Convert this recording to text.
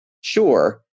sure